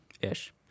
Ish